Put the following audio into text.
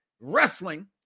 wrestling